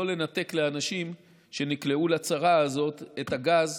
לא לנתק לאנשים שנקלעו לצרה הזאת את הגז.